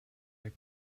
der